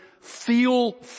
feel